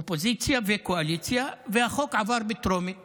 אופוזיציה וקואליציה, והחוק עבר בטרומית